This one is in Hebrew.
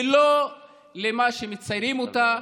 היא לא כמו שמציירים אותה,